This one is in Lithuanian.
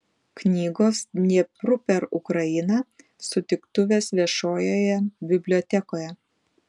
knygos dniepru per ukrainą sutiktuvės viešojoje bibliotekoje